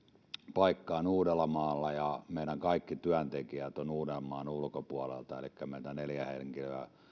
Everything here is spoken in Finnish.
paikka on uudellamaalla ja meidän kaikki työntekijät ovat uudenmaan ulkopuolelta elikkä meiltä neljä henkilöä